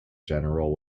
general